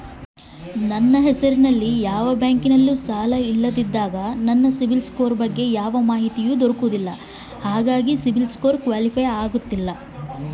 ನನ್ನ ಹೆಸರಲ್ಲಿ ಯಾವ ಬ್ಯಾಂಕಿನಲ್ಲೂ ಸಾಲ ಇಲ್ಲ ಹಿಂಗಿದ್ದಾಗ ನನ್ನ ಸಿಬಿಲ್ ಸ್ಕೋರ್ ಯಾಕೆ ಕ್ವಾಲಿಫೈ ಆಗುತ್ತಿಲ್ಲ?